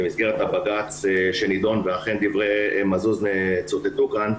במסגרת הבג"ץ שנדון ואכן דברי השופט מזוז צוטטו כאן,